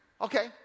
Okay